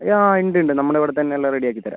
ആ ഉണ്ട് ഉണ്ട് നമ്മുടെ ഇവിടെ തന്നെ എല്ലാം റെഡി ആക്കി തരാം